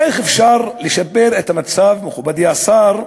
איך אפשר לשפר את המצב, מכובדי השר,